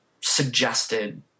suggested